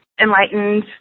enlightened